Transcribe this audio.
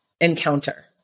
encounter